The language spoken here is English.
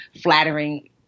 flattering